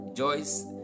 Joyce